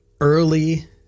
early